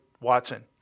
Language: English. Watson